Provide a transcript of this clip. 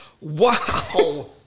Wow